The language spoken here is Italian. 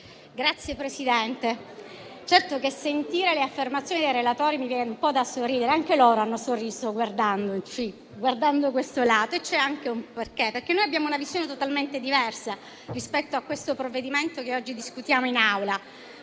Signor Presidente, certo che a sentire le affermazioni dei relatori mi viene un po' da sorridere; anche loro hanno sorriso guardandoci e c'è un motivo. Mi riferisco al fatto che noi abbiamo una visione totalmente diversa rispetto a questo provvedimento che oggi discutiamo in Aula: